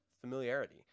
familiarity